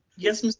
yes,